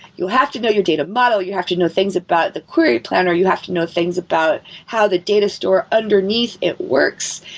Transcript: you'll have to know your data model. you have to know things about the query planner. you have to know things about how the data store underneath it works.